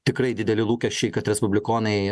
tikrai dideli lūkesčiai kad respublikonai